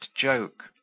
joke